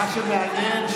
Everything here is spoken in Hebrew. מה שמעניין,